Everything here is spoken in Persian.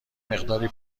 مقداری